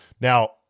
Now